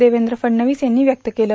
देवेंद्र फडणवीस यांनी व्यक्त केलं